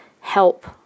help